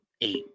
eight